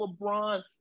LeBron